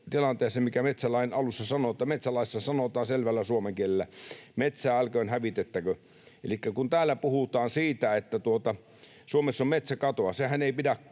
metsälaissa sanotaan selvällä suomen kielellä: metsää älköön hävitetäkkö. Elikkä kun täällä puhutaan siitä, että Suomessa on metsäkatoa, sehän ei pidä paikkaansa.